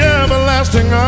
everlasting